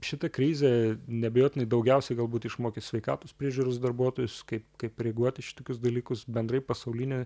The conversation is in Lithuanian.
šita krizė neabejotinai daugiausiai galbūt išmokys sveikatos priežiūros darbuotojus kaip kaip reaguot į šitokius dalykus bendrai pasaulinį